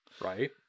Right